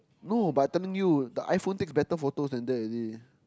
no but I'm telling you the iPhone takes better photos than that already